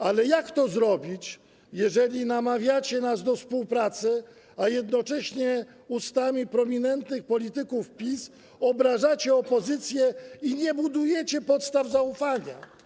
Ale jak to zrobić, jeżeli namawiacie nas do współpracy, a jednocześnie ustami prominentnych polityków PiS obrażacie opozycję i nie budujecie podstaw zaufania?